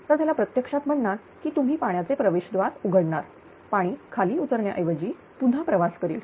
तर त्याला प्रत्यक्षात म्हणणार कीतुम्ही पाण्याचे प्रवेशदार उघडणार पाणी खाली उतरण्या ऐवजी पुन्हा प्रवास करेल